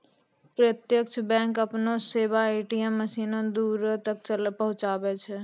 प्रत्यक्ष बैंक अपनो सेबा ए.टी.एम मशीनो से दूरो तक पहुचाबै छै